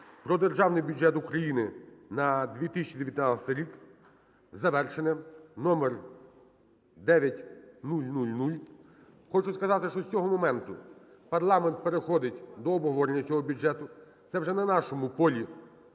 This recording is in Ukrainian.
про Державний бюджет України на 2019 рік завершено. Номер 9000. Хочу сказати, що з цього моменту парламент переходить до обговорення цього бюджету, це вже на нашому полі